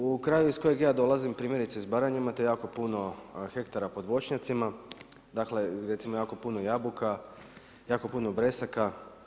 U kraju iz kojega ja dolazim primjerice iz Baranje imate jako puno hektara pod voćnjacima dakle recimo, jako puno jabuka, jako puno bresaka.